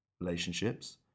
relationships